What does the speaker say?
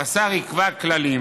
"השר יקבע כללים